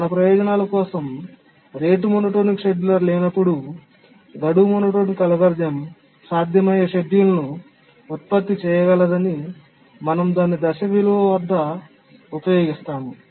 మా ప్రయోజనం కోసం రేటు మోనోటోనిక్ షెడ్యూలర్ లేనప్పుడు గడువు మోనోటోనిక్ అల్గోరిథం సాధ్యమయ్యే షెడ్యూల్ను ఉత్పత్తి చేయగలదని మేము దాని దశ విలువ వద్ద ఉపయోగిస్తాము